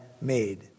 made